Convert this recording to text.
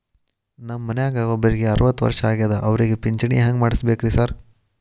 ನಮ್ ಮನ್ಯಾಗ ಒಬ್ರಿಗೆ ಅರವತ್ತ ವರ್ಷ ಆಗ್ಯಾದ ಅವ್ರಿಗೆ ಪಿಂಚಿಣಿ ಹೆಂಗ್ ಮಾಡ್ಸಬೇಕ್ರಿ ಸಾರ್?